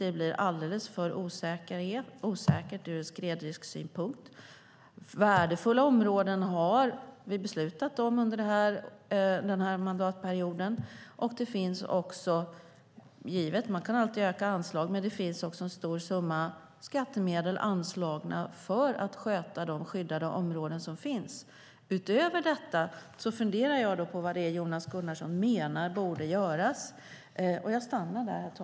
Det blir alldeles för osäkert ur skredrisksynpunkt. Vi har beslutat om värdefulla områden under den här mandatperioden. Man kan alltid öka anslag, men det finns en stor summa skattemedel anslagen för att sköta de skyddade områden som finns. Jag funderar på vad det är som Jonas Gunnarsson menar borde göras utöver detta.